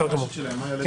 בסדר גמור.